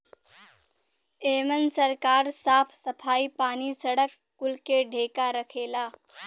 एमन सरकार साफ सफाई, पानी, सड़क कुल के ठेका रखेला